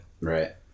Right